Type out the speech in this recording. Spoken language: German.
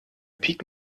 pik